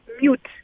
mute